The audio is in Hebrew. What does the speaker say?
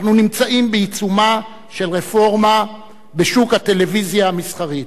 אנחנו נמצאים בעיצומה של רפורמה בשוק הטלוויזיה המסחרית.